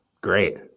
great